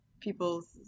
people's